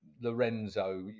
Lorenzo